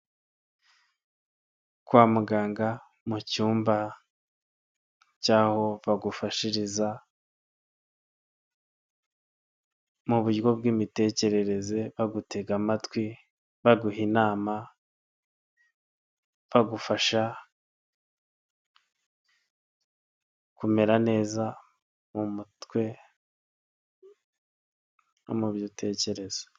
Kwa muganga mu cyumba cy'aho bagufashiriza mu buryo bw'imitekerereze, bagutega amatwi, baguha inama, bagufasha kumera neza mu mutwe no mu bitekerezo.